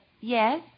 yes